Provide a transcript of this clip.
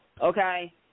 okay